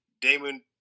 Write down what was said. Damon